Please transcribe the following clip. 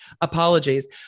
apologies